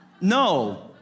no